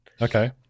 Okay